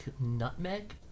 nutmeg